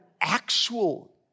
actual